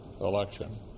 election